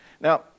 now